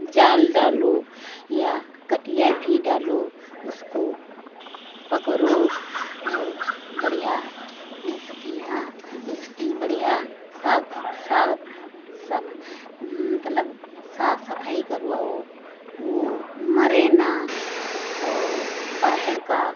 जाल डालो या कटिया भी डालो उसको पकड़ो और बढ़िया उसकी हाँ उसकी बढ़िया साफ़ साव मतलब साफ़ सफाई करवाओ वह मरे न और बाहर का